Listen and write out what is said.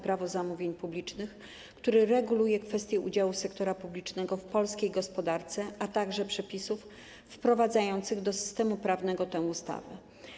Prawo zamówień publicznych, która reguluje kwestie udziału sektora publicznego w polskiej gospodarce, a także do przepisów wprowadzających do systemu prawnego tę ustawę.